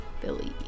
Billy